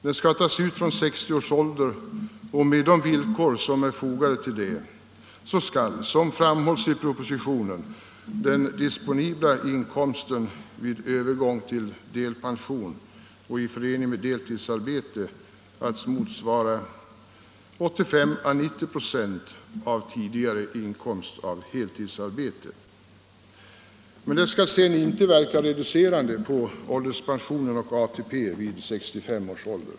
Den skall kunna tas ut från 60 års ålder, och med de villkor som är fogade till detta skall — som framhålls i propositionen — den disponibla inkomsten vid övergång till delpension i förening med deltidsarbete motsvara 85-90 926 av tidigare inkomst av heltidsarbete. Den skall sedan inte verka reducerande på ålderspensionen och ATP vid 65 års ålder.